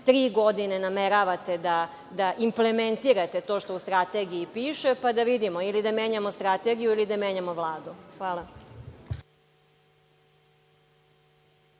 tri godine nameravate da implementirate to što u strategiji piše, pa da vidimo, ili da menjamo strategiju ili da menjamo Vladu. Hvala.